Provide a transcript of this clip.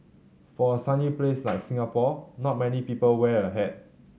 for a sunny place like Singapore not many people wear a hat